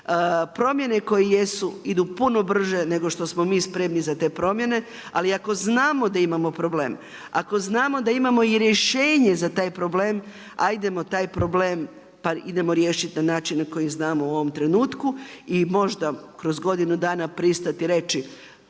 Promjene koje jesu idu puno brže nego što smo mi spremni za te promjene. Ali ako znamo da imamo problem, ako znamo da imamo i rješenje za taj problem, hajdemo taj problem, pa idemo riješit na način na koji znamo u ovom trenutku i možda kroz godinu dana pristati reći